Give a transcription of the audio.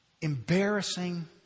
embarrassing